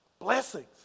blessings